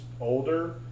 older